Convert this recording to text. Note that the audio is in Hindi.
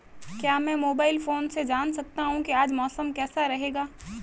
क्या मैं मोबाइल फोन से जान सकता हूँ कि आज मौसम कैसा रहेगा?